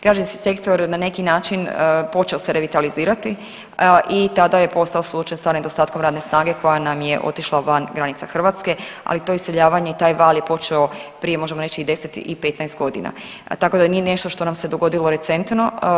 Građevinski sektor na neki način počeo se revitalizirati i tada je postao suočen sa nedostatkom radne snage koja nam je otišla van granica Hrvatske, ali to iseljavanje i taj val je počeo prije možemo reći i 10 i 15 godina, tako da nije nešto što nam se dogodilo recentno.